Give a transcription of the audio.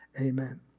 Amen